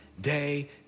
day